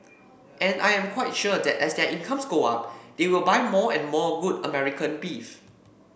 and I am quite sure that as their incomes go up they will buy more and more good American beef